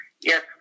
yes